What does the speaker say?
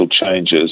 changes